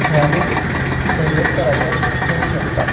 हे आमी पयलेच स्थराचेर करूंक शकता